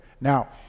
Now